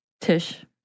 Tish